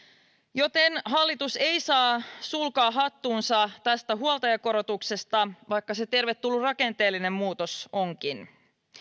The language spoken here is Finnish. joten hallitus ei saa sulkaa hattuunsa tästä huoltajakorotuksesta vaikka se tervetullut rakenteellinen muutos onkin